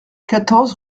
quatorze